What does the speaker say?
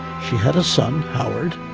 she had a son, howard,